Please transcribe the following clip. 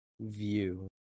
view